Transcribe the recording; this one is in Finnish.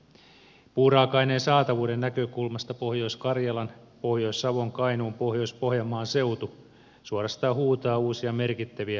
puun raaka aineen saatavuuden näkökulmasta pohjois karjalan pohjois savon kainuun pohjois pohjanmaan seutu suorastaan huutaa uusia merkittäviä lisäinvestointeja